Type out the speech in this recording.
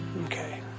Okay